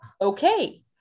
Okay